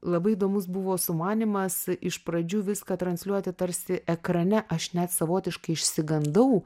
labai įdomus buvo sumanymas iš pradžių viską transliuoti tarsi ekrane aš net savotiškai išsigandau